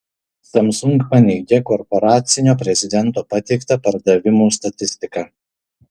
samsung paneigė korporacinio prezidento pateiktą pardavimų statistiką